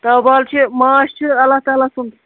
تابہال چھِ یہِ مٲنٛچھ چھُ اللہ تعالیٰ سُنٛد